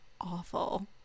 awful